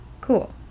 cool